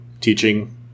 teaching